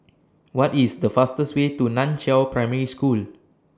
What IS The fastest Way to NAN Chiau Primary School